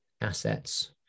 assets